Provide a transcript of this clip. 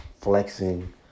flexing